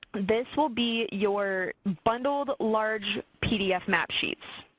this will be your bundled large pdf map sheets.